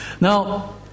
Now